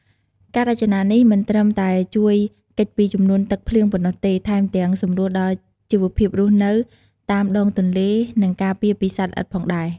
ការរចនានេះមិនត្រឹមតែជួយគេចពីជំនន់ទឹកភ្លៀងប៉ុណ្ណោះទេ ថែមទាំងសម្រួលដល់ជីវភាពរស់នៅតាមដងទន្លេ និងការពារពីសត្វល្អិតផងដែរ។